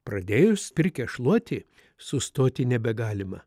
pradėjus pirkią šluoti sustoti nebegalima